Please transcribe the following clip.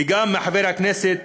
וגם על-ידי חבר הכנסת